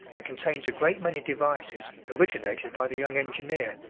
and contains a great many devices originated by the young engineer,